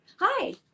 hi